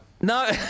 No